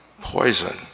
poison